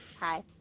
hi